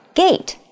gate